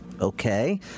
Okay